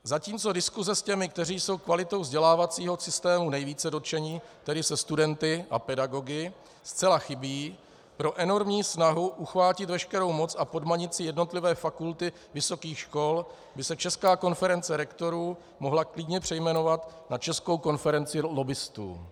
Zatímco diskuse s těmi, kteří jsou kvalitou vzdělávacího systému nejvíce dotčeni, tedy se studenty a pedagogy, zcela chybí, pro enormní snahu uchvátit veškerou moc a podmanit si jednotlivé fakulty vysokých škol by se Česká konference rektorů mohla klidně přejmenovat na Českou konferenci lobbistů.